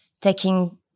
taking